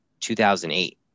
2008